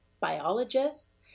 biologists